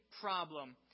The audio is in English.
problem